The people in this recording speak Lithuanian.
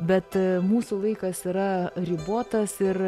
bet mūsų laikas yra ribotas ir